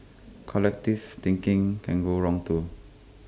collectivist thinking can go wrong too